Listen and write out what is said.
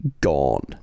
gone